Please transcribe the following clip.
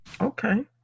Okay